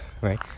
Right